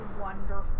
wonderful